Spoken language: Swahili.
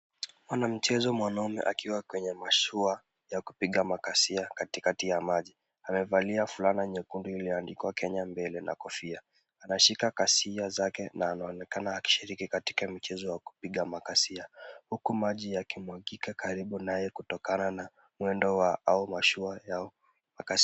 Mwana mchezo mwanaume akiwa kwenye mashua ya kupiga makasia katikati ya maji. Amevalia fulana nyekundu iliyoandikwa Kenya Mbele na kofia. Anashika kasia zake na anaonekana akishiriki katika mchezo wa kupiga makasia. Huku maji yakimwagika karibu naye kutokana na mwendo wa mashua ya makasia.